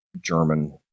German